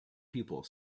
people